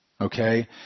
Okay